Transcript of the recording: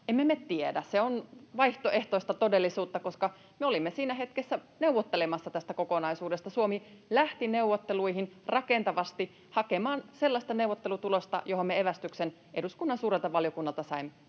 Emme me tiedä, se on vaihtoehtoista todellisuutta, koska me olimme siinä hetkessä neuvottelemassa tästä kokonaisuudesta. Suomi lähti neuvotteluihin rakentavasti hakemaan sellaista neuvottelutulosta, johon me evästyksen eduskunnan suurelta valiokunnalta saimme.